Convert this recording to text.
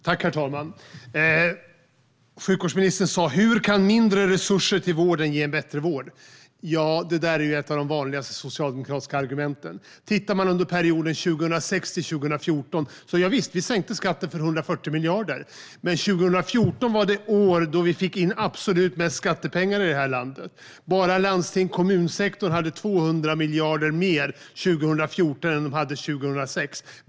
Herr talman! Sjukvårdsministern sa: Hur kan mindre resurser till vården ge bättre vård? Det där är ett av de vanligaste socialdemokratiska argumenten. Tittar man på perioden 2006 till 2014 så javisst, vi sänkte skatten med 140 miljarder. Men 2014 var det år då vi fick in absolut mest skattepengar i det här landet. Bara landstings och kommunsektorn hade 200 miljarder mer 2014 än vad de hade 2006.